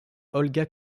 olga